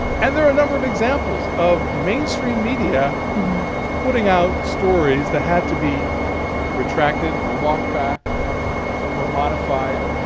and there are a number of examples of mainstream media putting out stories that had to be retracted or walked back or modified.